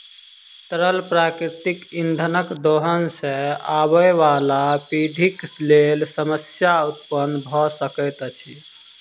तरल प्राकृतिक इंधनक दोहन सॅ आबयबाला पीढ़ीक लेल समस्या उत्पन्न भ सकैत अछि